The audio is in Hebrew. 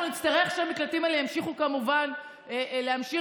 אנחנו נצטרך שהמקלטים האלה ימשיכו כמובן לתפקד,